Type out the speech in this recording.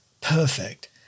Perfect